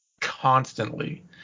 constantly